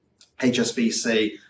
HSBC